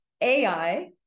AI